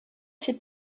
ses